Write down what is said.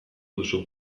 duzu